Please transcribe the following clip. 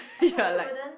I probably wouldn't